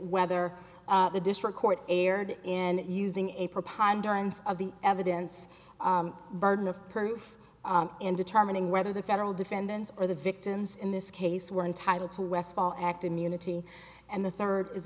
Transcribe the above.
whether the district court erred in using a preponderance of the evidence burden of proof in determining whether the federal defendants or the victims in this case were entitled to westfall act immunity and the third is